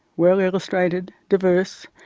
well illustrated, diverse,